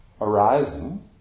arising